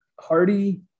Hardy